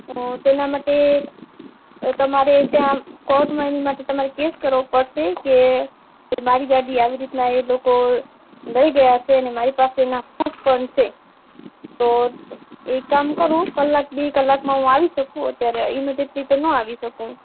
તો તેના માટે તો તમારે ત્યાં કોર્ટમાં એની માટે તમારે કેસ કરવો પડશે કે મારી ગાડી આવી રીતે એ લોકો લઈ ગયા છે અને મારી પાસે એનાં પ્રૂફ પણ છે તો એક કામ કરું કલાક બે કલાકમાં હું આવી શકું અત્યારે ઇમીડિએઇટલી તો ન આવી શકું હું